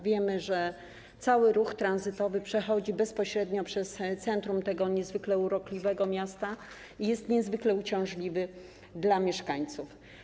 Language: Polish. Wiemy, że cały ruch tranzytowy przechodzi bezpośrednio przez centrum tego niezwykle urokliwego miasta i jest niezwykle uciążliwy dla mieszkańców.